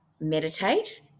meditate